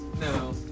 No